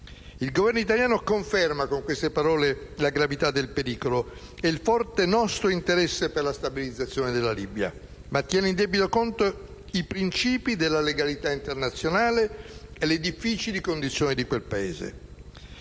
Il Governo italiano conferma, con queste parole, la gravità del pericolo e il nostro forte interesse per la stabilizzazione della Libia, ma tiene in debito conto i principi della legalità internazionale e le difficili condizioni di quel Paese.